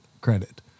credit